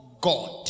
God